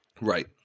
Right